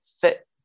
fit